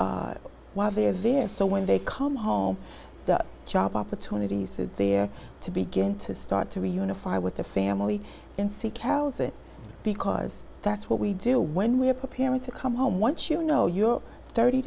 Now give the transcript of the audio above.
while they're there so when they come home that job opportunities are there to begin to start to unify with the family and seek out it because that's what we do when we're preparing to come home once you know your thirty